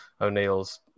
O'Neill's